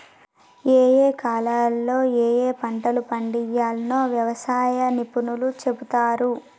ఏయే కాలాల్లో ఏయే పంటలు పండియ్యాల్నో వ్యవసాయ నిపుణులు చెపుతారు